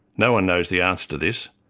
no-one knows the answer to this,